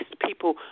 people